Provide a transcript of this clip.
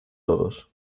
todos